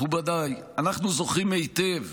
מכובדיי, אנחנו זוכרים היטב